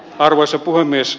arvoisa puhemies